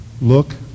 look